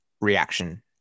reaction